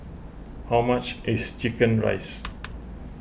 how much is Chicken Rice